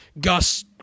Gus